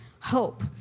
hope